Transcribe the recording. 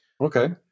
Okay